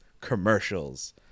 commercials